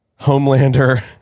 Homelander